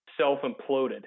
self-imploded